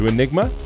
Enigma